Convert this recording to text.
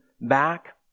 back